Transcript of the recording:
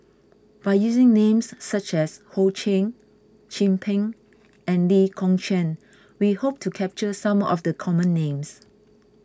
by using names such as Ho Ching Chin Peng and Lee Kong Chian we hope to capture some of the common names